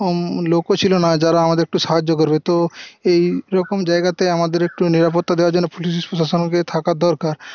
লোকও ছিল না যারা আমাদের একটু সাহায্য করবে তো এই রকম জায়গাতেই আমাদের একটু নিরাপত্তা দেওয়ার জন্য পুলিশ প্রশাসনকে থাকা দরকার